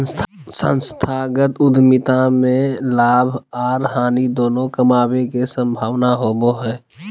संस्थागत उद्यमिता में लाभ आर हानि दोनों कमाबे के संभावना होबो हय